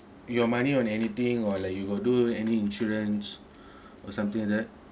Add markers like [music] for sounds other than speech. your money or anything or like you got do any insurance [breath] or something like that